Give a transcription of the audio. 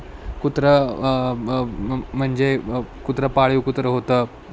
कुत्रं मम म्हणजे कुत्रं पाळीव कुत्रं होतं